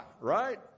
right